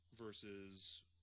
versus